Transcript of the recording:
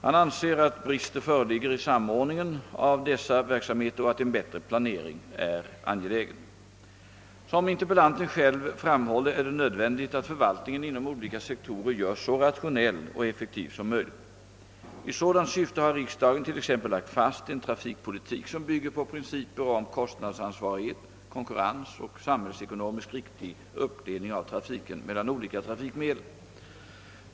Han anser, att brister föreligger i samordningen av dessa verksamheter och att en bättre planering är angelägen. Som interpellanten själv framhåller är det nödvändigt att förvaltningen inom olika sektorer görs så rationell och effektiv som möjligt. I sådant syfte har riksdagen t.ex. lagt fast en trafikpolitik som bygger på principer om kostnadsansvarighet, konkurrens och samhällsekonomiskt riktig uppdelning av trafiken mellan olika trafikmedel.